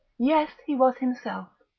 yes, he was himself,